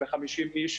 50 איש,